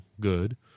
good